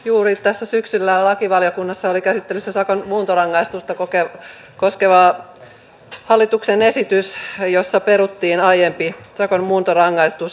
juuri tässä syksyllä lakivaliokunnassa oli käsittelyssä sakon muuntorangaistusta koskeva hallituksen esitys jossa peruttiin aiempi sakon muuntorangaistus